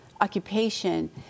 occupation